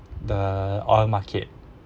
the oil market